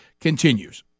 continues